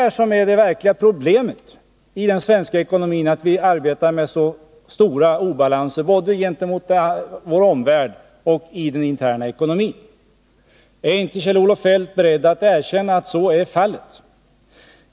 I dag är det verkliga problemet för den svenska ekonomin att vi arbetar med så stora obalanser både gentemot vår omvärld och i den interna ekonomin. Är inte Kjell-Olof Feldt beredd att erkänna att så är fallet?